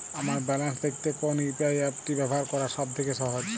আমার ব্যালান্স দেখতে কোন ইউ.পি.আই অ্যাপটি ব্যবহার করা সব থেকে সহজ?